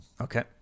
okay